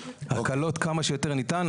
והקלות כמה שיותר ניתן.